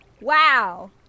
wow